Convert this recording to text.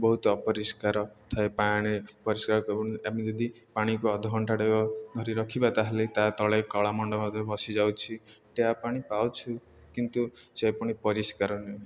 ବହୁତ ଅପରିଷ୍କାର ଥାଏ ପାଣି ପରିଷ୍କାର ଆମେ ଯଦି ପାଣିକୁ ଅଧଘଣ୍ଟା ଟେ ଧରି ରଖିବା ତାହେଲେ ତା ତଳେ କଳା ମଣ୍ଡ ମଧ୍ୟ ବସିଯାଉଛି ଟ୍ୟାପ୍ ପାଣି ପାଉଛୁ କିନ୍ତୁ ସେ ପୁଣି ପରିଷ୍କାର ନୁହେଁ